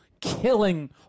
killing